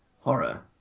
horror